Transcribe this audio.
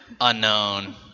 Unknown